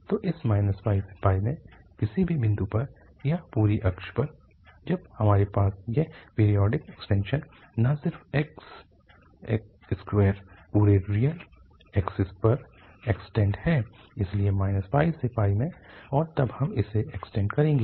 तोइस से में किसी भी बिंदु पर या पूरी अक्ष पर जब हमारे पास यह पीरियोडिक एक्सटेंशन न सिर्फ x स्क्वेर पूरे रियल ऐक्सिस पर एक्सटेंड है लेकिन से में और तब हम इसे एक्सटेंड करेंगे